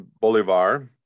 Bolivar